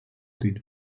den